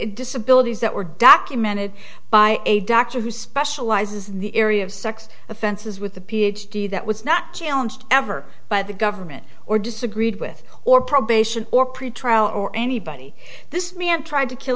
disabilities that were documented by a doctor who specializes in the area of sex offenses with the ph d that was not jail and ever by the government or disagreed with or probation or pretrial or anybody this man tried to kill